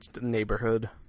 neighborhood